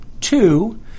Two